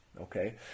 okay